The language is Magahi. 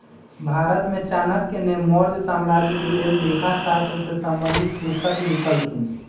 भारत में चाणक्य ने मौर्ज साम्राज्य के लेल लेखा शास्त्र से संबंधित पुस्तक लिखलखिन्ह